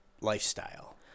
lifestyle